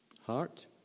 Heart